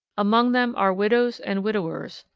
among them are widows and widowers,